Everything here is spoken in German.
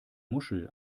muschel